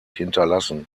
hinterlassen